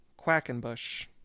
Quackenbush